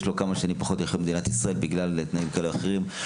יש לו כמה שנים פחות לחיות במדינת ישראל בגלל דברים כאלו ואחרים,